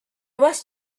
was